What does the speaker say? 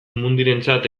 mundirentzat